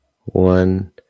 one